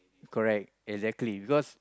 correct exactly because